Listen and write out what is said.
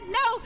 no